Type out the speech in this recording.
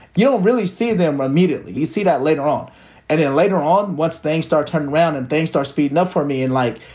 you don't really see them immediately. you you see that later on and then later on once things start turning around and things start speeding up for me and like,